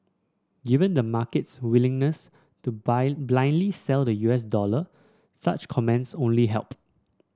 given the market's willingness to blindly sell the U S dollar such comments only help